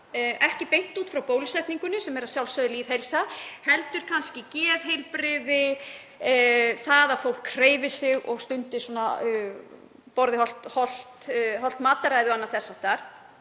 ekki beint út frá bólusetningu sem er að sjálfsögðu lýðheilsa heldur kannski geðheilbrigði, það að fólk hreyfi sig, hollt mataræði og annað þess háttar